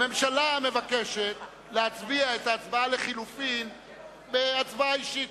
הממשלה מבקשת להצביע על ההצעה לחלופין בהצבעה אישית,